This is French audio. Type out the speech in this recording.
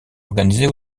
organisé